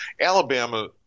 Alabama